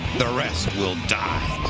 the rest will die.